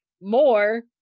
more